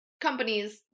companies